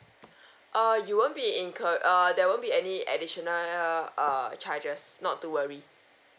err you won't be incurred err there won't be any additional err charges not to worry